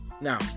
Now